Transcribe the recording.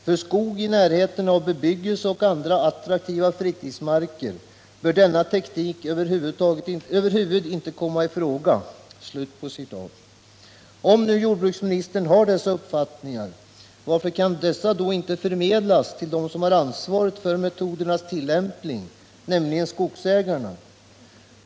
För skog i närheten av bebyggelse och andra attraktiva fritidsmarker bör denna teknik över huvud inte komma i fråga.” Om jordbruksministern har dessa uppfattningar, varför kan de då inte förmedlas till dem som har ansvaret för metodernas tillämpning, nämligen skogsägarna?